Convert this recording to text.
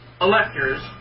electors